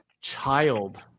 child